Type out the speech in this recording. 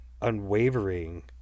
unwavering